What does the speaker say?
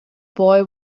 boy